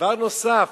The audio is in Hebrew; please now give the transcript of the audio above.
דבר נוסף,